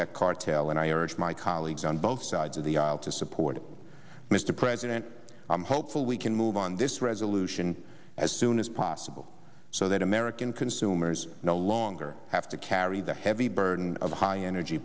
opec cartel and i urge my colleagues on both sides of the aisle to support mr president i'm hopeful we can move on this resolution as soon as possible so that american consumers no longer have to carry the heavy burden of high energy